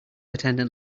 attendant